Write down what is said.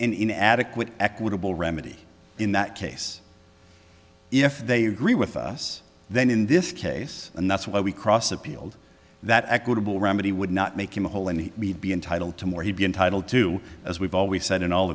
in adequate equitable remedy in that case if they agree with us then in this case and that's why we cross appealed that equitable remedy would not make him a hole and we'd be entitled to more he'd be entitled to as we've always said in all